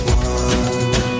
one